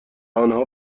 آنها